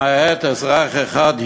למעט אזרח אחד,